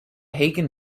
hagen